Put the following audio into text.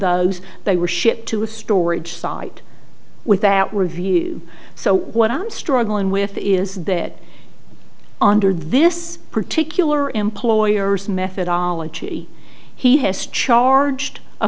those they were shipped to a storage site with that review so what i'm struggling with is that under this particular employer's methodology he has charged a